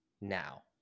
now